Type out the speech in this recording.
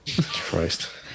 Christ